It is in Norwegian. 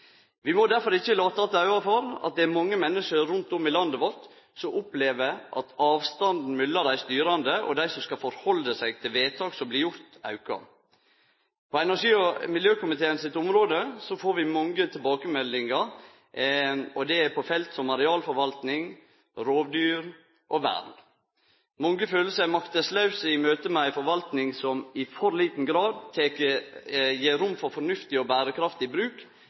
Vi må difor ikkje late att auga for at det er mange menneske rundt om i landet vårt som opplever at avstanden mellom dei styrande og dei som skal halde seg til vedtak som vert gjorde, aukar. På energi- og miljøkomiteen sitt område får vi mange tilbakemeldingar på felt som arealforvalting, rovdyr og vern. Mange føler seg makteslause i møte med ei forvalting som i for liten grad gjev rom for fornuftig og berekraftig bruk,